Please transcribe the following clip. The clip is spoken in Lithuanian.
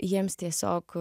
jiems tiesiog